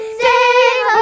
sing